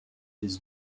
his